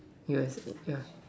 U_S_A yeah